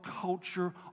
culture